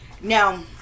now